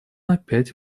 опять